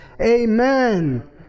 Amen